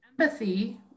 empathy